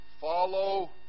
Follow